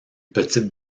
petite